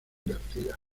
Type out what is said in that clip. garcía